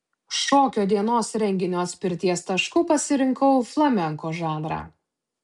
šokio dienos renginio atspirties tašku pasirinkau flamenko žanrą